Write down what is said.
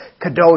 Kadosh